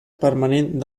permanent